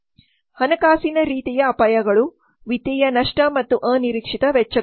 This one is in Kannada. ಹಣಕಾಸಿನ ರೀತಿಯ ಅಪಾಯಗಳು ವಿತ್ತೀಯ ನಷ್ಟ ಮತ್ತು ಅನಿರೀಕ್ಷಿತ ವೆಚ್ಚಗಳು